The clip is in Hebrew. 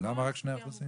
למה רק 2%?